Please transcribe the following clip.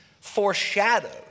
foreshadowed